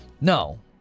No